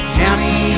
county